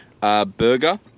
burger